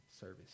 service